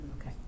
Okay